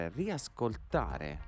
riascoltare